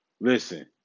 listen